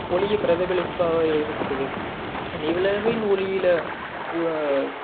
ஒளியை பிரதிபலிப்பாக எடுக்குது நிலவின் ஒளியில் ஓ